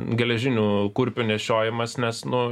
geležinių kurpių nešiojimas nes nu